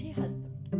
husband